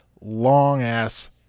long-ass